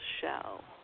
shell